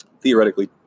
theoretically